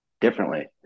differently